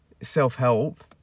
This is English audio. self-help